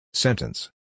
sentence